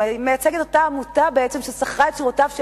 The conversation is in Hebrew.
שמייצג את אותה עמותה ששכרה את שירותיו של